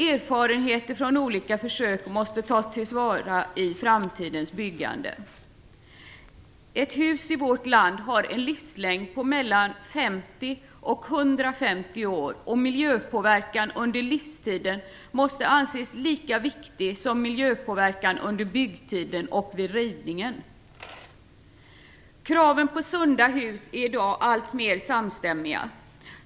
Erfarenheter från olika försök måste tas till vara i framtidens byggande. Ett hus i vårt land har en livslängd på mellan 50 och 150 år. Miljöpåverkan under livstiden måste anses lika viktig som miljöpåverkan under byggtiden och vid rivningen. Kraven på sunda hus är i dag alltmer samstämmiga.